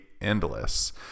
endless